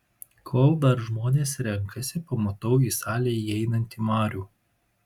kol dar žmonės renkasi pamatau į salę įeinantį marių